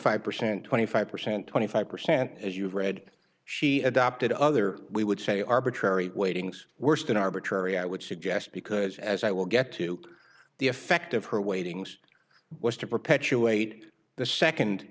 five percent twenty five percent twenty five percent as you've read she adopted other we would say arbitrary weightings worse than arbitrary i would suggest because as i will get to the effect of her weightings was to perpetuate the second